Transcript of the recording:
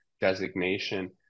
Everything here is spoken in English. designation